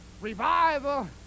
revival